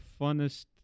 funnest